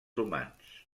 humans